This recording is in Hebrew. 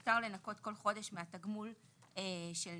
שמותר לנכות כל חודש מהתגמול של נכה,